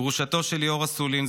גרושתו של ליאור אסולין,